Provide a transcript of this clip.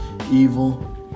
evil